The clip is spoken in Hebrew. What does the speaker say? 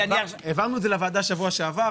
העברנו את זה לוועדה בשבוע שעבר.